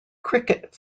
cricket